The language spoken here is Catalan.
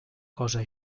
cosa